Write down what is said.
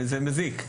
מזיק,